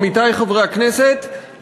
עמיתי חברי הכנסת,